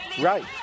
Right